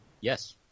Yes